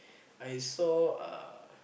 I saw uh